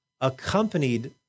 accompanied